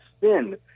sin